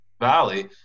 valley